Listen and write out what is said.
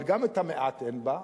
אבל גם את המעט אין בה,